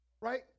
right